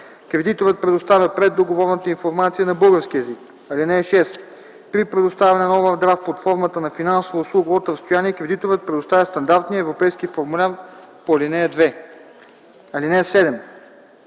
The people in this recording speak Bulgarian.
Кредиторът предоставя преддоговорната информация на български език. (6) При предоставяне на овърдрафт под формата на финансова услуга от разстояние кредиторът предоставя стандартния европейски формуляр по ал. 2. (7)